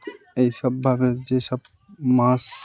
এইসবভাবে যেসব মাছ